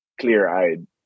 clear-eyed